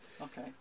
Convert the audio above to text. Okay